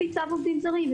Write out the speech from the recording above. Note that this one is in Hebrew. לפי צו עובדים זרים,